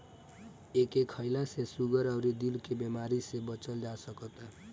एके खईला से सुगर अउरी दिल के बेमारी से बचल जा सकता